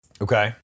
Okay